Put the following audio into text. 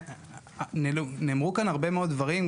נאמרו כאן הרבה דברים,